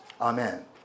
Amen